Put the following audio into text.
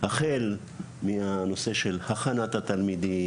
החל מהנושא של הכנת התלמידים,